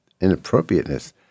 inappropriateness